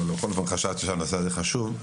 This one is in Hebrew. אבל בכל אופן חשבתי שהנושא הזה חשוב.